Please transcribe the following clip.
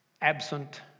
absent